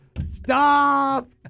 Stop